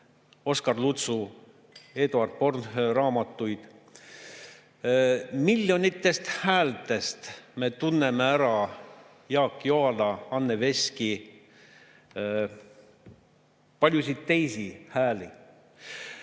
Oskar Lutsu ja Eduard Bornhöhe raamatuid. Miljonitest häältest me tunneme ära Jaak Joala, Anne Veski ja paljude teiste hääle.